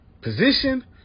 position